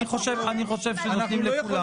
אני חושב שנותנים לכולם.